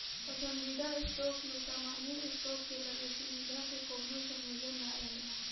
पसंदीदा स्टॉक में सामान्य स्टॉक के लगे सुविधा के कवनो संयोजन ना रहेला